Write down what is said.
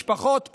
משפחות פשע,